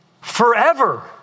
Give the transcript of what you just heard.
forever